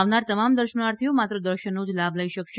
આવનાર તમામ દર્શનાર્થીઓ માત્ર દર્શનનો જ લાભ લઇ શકશે